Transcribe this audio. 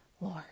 Lord